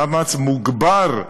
במאמץ מוגבר,